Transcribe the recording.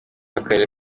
w’akarere